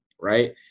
right